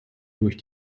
durch